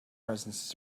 presence